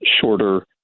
shorter